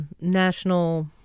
national